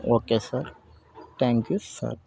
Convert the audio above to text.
okay sir thank you sir